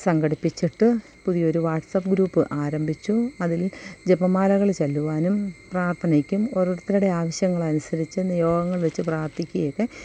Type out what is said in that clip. സംഘടിപ്പിച്ചിട്ട് പുതിയൊരു WhatsApp group ആരംഭിച്ചു അതില് ജപമാലകള് ചൊല്ലുവാനും പ്രാർഥനയ്ക്കും ഓരോരുത്തരുടെ ആവശ്യങ്ങളനുസരിച്ച് നിയോഗങ്ങൾ വെച്ച് പ്രാർഥിക്കുകയൊക്കെ